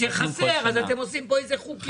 כשחסר, אתם עושים חוקים ורפורמות.